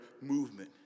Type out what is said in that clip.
movement